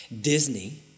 Disney